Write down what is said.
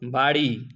বাড়ি